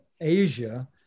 Asia